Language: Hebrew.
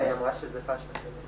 מר נעם ויצנר, בבקשה.